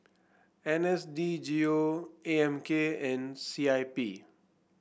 N S D G O A M K and C I P